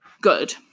good